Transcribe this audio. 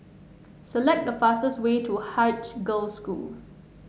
select the fastest way to Haig Girls' School